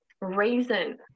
reason